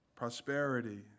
prosperity